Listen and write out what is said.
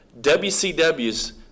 WCW's